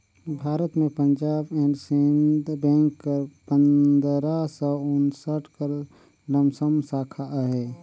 भारत में Punjab and Sind bank कर पंदरा सव उन्सठ कर लमसम साखा अहे